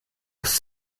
muss